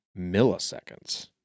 milliseconds